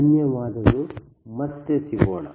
ಧನ್ಯವಾದಗಳು ಮತ್ತೆ ಸಿಗೋಣ